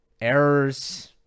errors